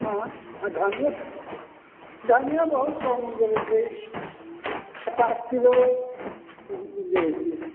हाँ केओ धानिये धानिये कम उबजाबै छै पचास किलो उबजाबै छिऐ